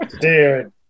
dude